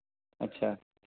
ਅੱਛਾ